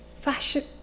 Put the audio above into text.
fashion